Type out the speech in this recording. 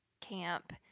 camp